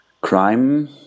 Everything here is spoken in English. crime